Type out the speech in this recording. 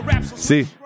See